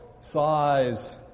size